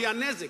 כי הנזק,